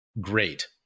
great